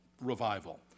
revival